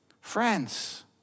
Friends